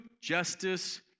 justice